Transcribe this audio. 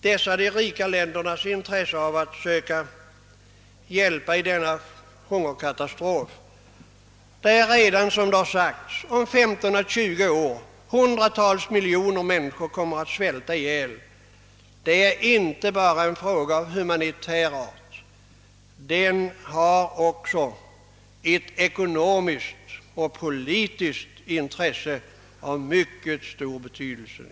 De rika ländernas intresse att söka hjälpa i hungerkatastrofen — om 15 å 20 år riskerar hundratals miljoner människor att svälta ihjäl — är inte bara en fråga av humanitär art utan har också en mycket stor ekonomisk och politisk betydelse.